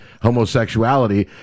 homosexuality